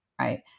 right